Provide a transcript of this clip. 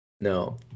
no